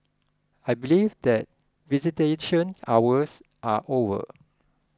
I believe that visitation hours are over